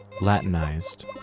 Latinized